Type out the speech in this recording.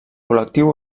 col·lectiu